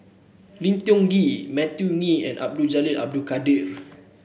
Lim Tiong Ghee Matthew Ngui and Abdul Jalil Abdul Kadir